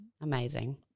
Amazing